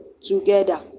together